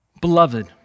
Beloved